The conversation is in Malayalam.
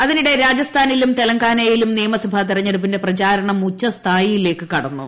അതിനിടെ രാജസ്ഥാനിലും തെലങ്കാനയിലും നിയമസഭ തെരഞ്ഞെടുപ്പിന്റെ പ്രചാരണം ഉച്ചസ്ഥായിലേയ്ക്ക് കടന്നു